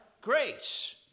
grace